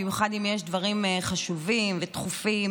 במיוחד אם יש דברים חשובים ודחופים,